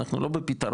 אנחנו לא בפתרון.